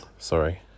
Sorry